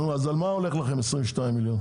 על מה הולך לכם 22 מיליון?